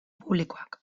publikoak